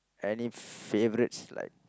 any favourites like